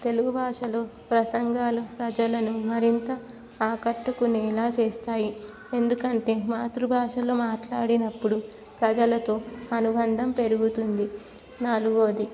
తెలుగు భాషలో ప్రసంగాాలు ప్రజలను మరింత ఆకట్టుకునేలా చేస్తాయి ఎందుకంటే మాతృభాషలో మాట్లాడినప్పుడు ప్రజలతో అనుబంధం పెరుగుతుంది నాలుగవది